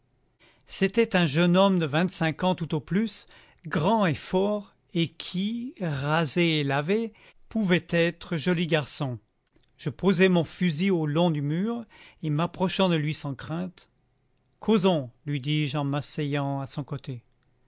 c'était un jeune homme de vingt-cinq ans tout au plus grand et fort et qui rasé et lavé pouvait être joli garçon je posai mon fusil au long du mur et m'approchant de lui sans crainte causons lui dis-je en m'asseyant à son côté